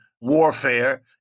warfare